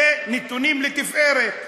אלה נתונים לתפארת.